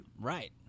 Right